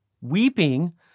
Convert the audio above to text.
Weeping